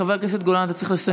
חבר הכנסת גולן, אתה צריך לסיים.